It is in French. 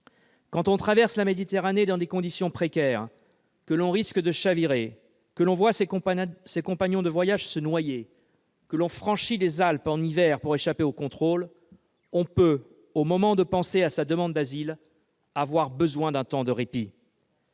quand on traverse la Méditerranée dans des conditions précaires, qu'on risque de chavirer, qu'on voit ses compagnons de voyage se noyer et qu'on franchit les Alpes en hiver pour échapper aux contrôles, on peut, au moment de penser à sa demande d'asile, avoir besoin d'un temps de répit.